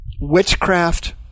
Witchcraft